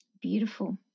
Beautiful